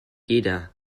jeder